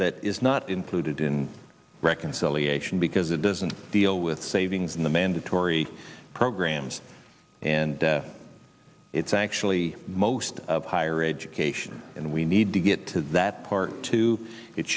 that is not included in reconciliation because it doesn't deal with savings in the mandatory programs and it's actually most of higher education and we need to get to that part to it